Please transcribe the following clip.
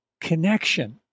connection